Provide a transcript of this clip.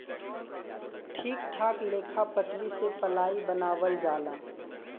ठीक ठाक लेखा पटरी से पलाइ बनावल जाला